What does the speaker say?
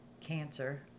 cancer